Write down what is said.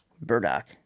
Burdock